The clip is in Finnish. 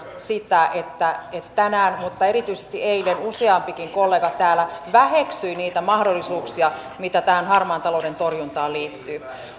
sitä että tänään mutta erityisesti eilen useampikin kollega täällä väheksyi niitä mahdollisuuksia mitä tähän harmaan talouden torjuntaan liittyy